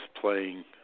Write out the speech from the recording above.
playing